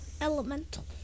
elemental